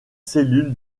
cellule